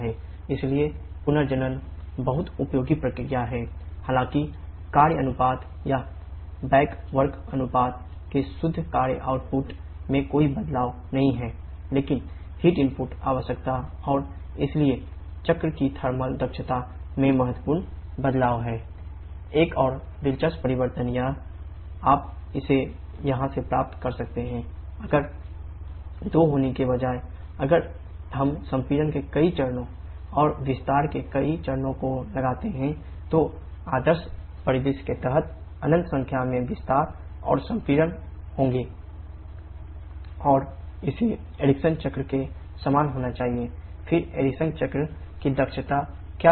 इसलिए पुनर्जनन चक्र की दक्षता क्या रही होगी